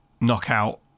knockout